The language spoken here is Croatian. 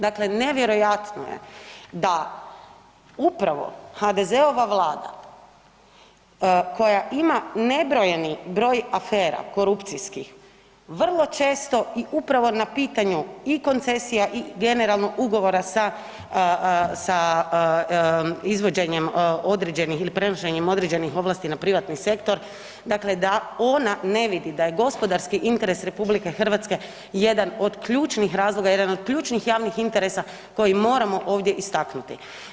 Dakle, nevjerojatno je da upravo HDZ-ova Vlada koja ima nebrojeni broj afera korupcijskih, vrlo često i upravo na pitanju i koncesija i generalno ugovora sa izvođenjem određenih ili prenošenjem određenih ovlasti na privatni sektor, dakle, da ona ne vidi da je gospodarski interes RH jedan od ključnih razloga, jedan od ključnih javnih interesa koji moramo ovdje istaknuti.